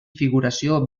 figuració